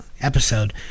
episode